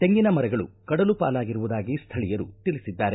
ತೆಂಗಿನ ಮರಗಳು ಕಡಲು ಪಾಲಾಗಿರುವುದಾಗಿ ಸ್ಕಳೀಯರು ತಿಳಿಸಿದ್ದಾರೆ